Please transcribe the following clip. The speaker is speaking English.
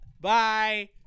Bye